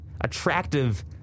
attractive